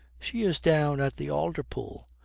she is down at the alder pool.